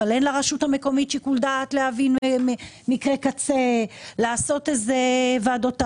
אבל אין לרשות המקומית שיקול דעת להבין מקרי קצה או לעשות ועדות ערר.